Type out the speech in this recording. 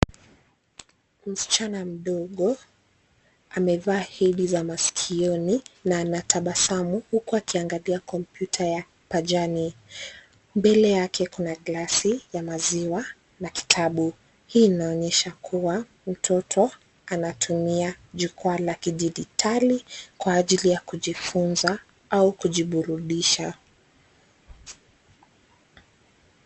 Msichana mdogo amevaa hedi za maskioni na anatabasamu huku akiangalia kompyuta ya pajani. Mbele yake kuna glasi ya maziwa na kitabu. Hii inaonyesha kuwa mtoto anatumia jukwaa la kidijitali kwa ajili ya kujifunza au kujiburudisha.